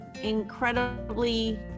incredibly